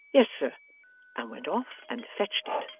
yes, sir and went off and fetched it,